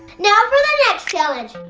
now for the next challenge.